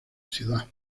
ciudad